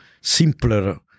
simpler